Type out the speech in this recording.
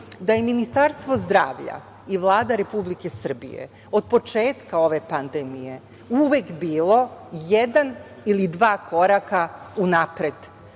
da je Ministarstvo zdravlja i Vlada Republike Srbije od početka ove pandemije uvek bilo jedan ili dva koraka unapred